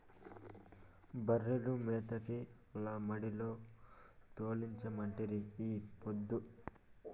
బర్రెల మేతకై ఆల మడిలో తోలించమంటిరి ఈ పొద్దు